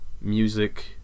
music